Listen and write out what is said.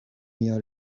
mia